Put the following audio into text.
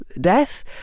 death